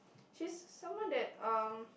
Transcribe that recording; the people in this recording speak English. she's someone that um